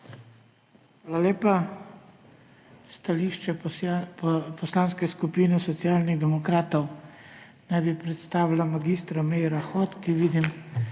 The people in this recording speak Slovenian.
Hvala lepa. Stališče Poslanske skupine Socialnih demokratov naj bi predstavila mag. Meira Hot. Vidim,